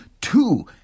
two